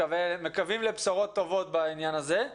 מקווים לבשורות טובות בעניין הזה.